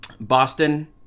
boston